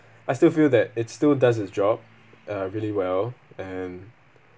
I still feel that it still does its job uh really well and